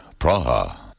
Praha